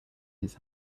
his